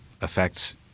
affects